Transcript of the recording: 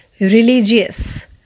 religious